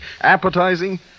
Appetizing